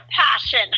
passion